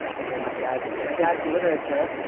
these are my dad's my dad's literature.